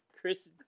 Chris